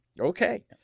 Okay